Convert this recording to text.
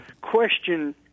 question